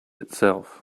itself